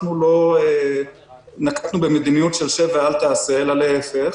לא נקטנו במדיניות של "שב ואל תעשה" אלא להיפך.